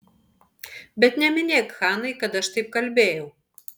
bet neminėk hanai kad aš taip kalbėjau